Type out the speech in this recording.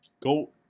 go